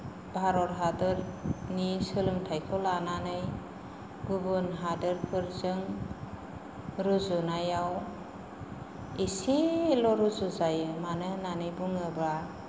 भारत हादोरनि सोलोंथायखौ लानानै गुबुन हादोरफोरजों रुजुनायाव इसेल' रुजुजायो मानो होन्नानै बुङोबा